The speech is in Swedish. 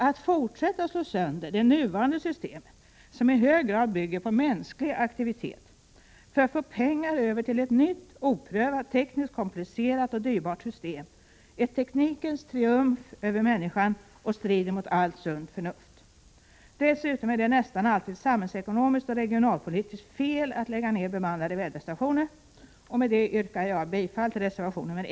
Att fortsätta att slå sönder det nuvarande systemet, som i hög grad bygger på mänsklig aktivitet, för att få pengar över till ett nytt, oprövat, tekniskt komplicerat och dyrbart system är teknikens triumf över människan och strider mot allt sunt förnuft. Dessutom är det nästan alltid samhällsekonomiskt och regionalpolitiskt fel att lägga ner bemannade väderstationer. Med detta yrkar jag bifall till reservation 1.